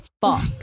fuck